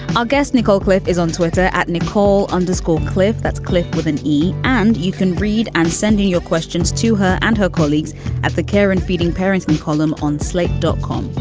our guest, nicole cliff, is on twitter at nicole underscore. cliff, that's cliff with an e! and you can read and sending your questions to her and her colleagues at the care and feeding parents column on slate dot com.